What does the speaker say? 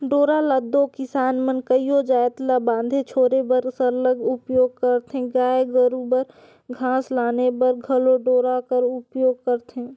डोरा ल दो किसान मन कइयो जाएत ल बांधे छोरे बर सरलग उपियोग करथे गाय गरू बर घास लाने बर घलो डोरा कर उपियोग करथे